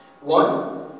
One